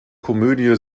komödie